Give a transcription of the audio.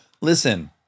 listen